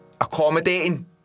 accommodating